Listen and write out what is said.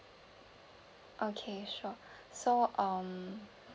okay sure so um